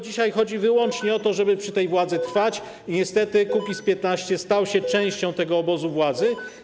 Dzisiaj chodzi wyłącznie o to, żeby przy tej władzy trwać i niestety Kukiz’15 stał się częścią tego obozu władzy.